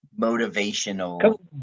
motivational